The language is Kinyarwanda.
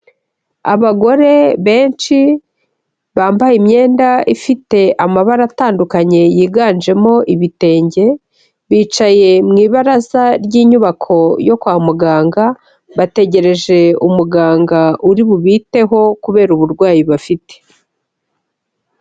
Abagore benshi bambaye imyenda ifite amabara atandukanye yiganjemo ibitenge, bicaye mu ibaraza ry'inyubako yo kwa muganga bategereje umuganga uri bubiteho kubera uburwayi bafite.